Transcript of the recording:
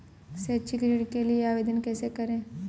शैक्षिक ऋण के लिए आवेदन कैसे करें?